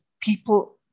people